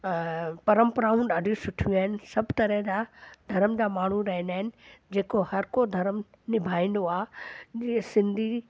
परंपराऊं ॾाढियूं सुठियूं आहिनि सभु तरहं जा धरम जा माण्हू रहंदा आहिनि जेको हर को धरम निभाईंदो आहे जीअं सिंधी